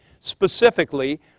specifically